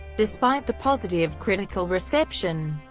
despite the positive critical reception,